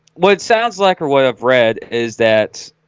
what it sounds like or what i've read is that